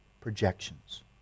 projections